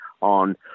on